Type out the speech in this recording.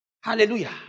Hallelujah